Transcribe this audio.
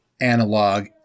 analog